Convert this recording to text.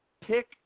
pick